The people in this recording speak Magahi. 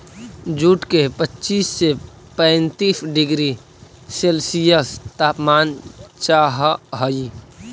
जूट के पच्चीस से पैंतीस डिग्री सेल्सियस तापमान चाहहई